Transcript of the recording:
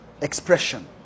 expression